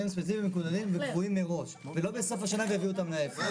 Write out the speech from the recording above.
ספציפיים וקבועים מראש ולא בסוף השנה ויביאו אותם לאפס.